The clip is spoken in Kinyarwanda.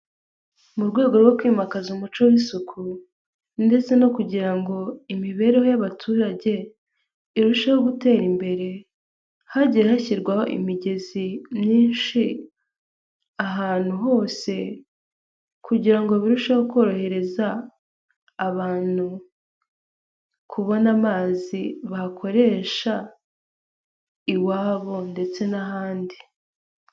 Mu rwego rwo kwimakaza umuco w'isuku, ndetse no kugira ngo imibereho y'abaturage irusheho gutera imbere, hagiye hashyirwaho imigezi myinshi ahantu hose, kugira ngo birusheho korohereza abantu kubona amazi bakoresha iwabo ndetse n'ahandi.